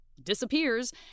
disappears